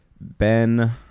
Ben